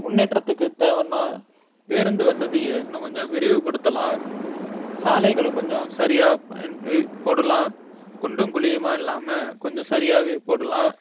முன்னேற்றத்துக்கு தேவைன்னா பேருந்து வசதியை இன்னும் கொஞ்சம் விரிவுபடுத்தலாம் சாலைகளை கொஞ்சம் சரியாக பயன்கள் போடுலாம் குண்டும் குழியுமாக இல்லாமல் கொஞ்சம் சரியாகவே போடுலாம்